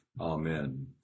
amen